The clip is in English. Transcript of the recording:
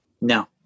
No